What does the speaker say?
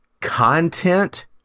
content